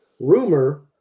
Rumor